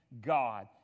God